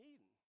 Eden